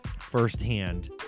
firsthand